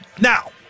Now